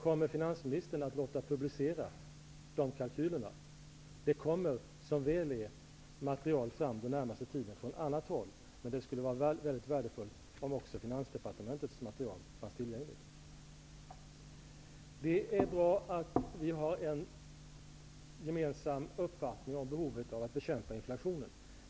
Kommer finansministern att låta publicera de kalkylerna? Det kommer, som väl är, material från annat håll den närmaste tiden. Men det skulle vara mycket värdefullt om även Det är bra att vi har en gemensam uppfattning om behovet av att bekämpa inflationen.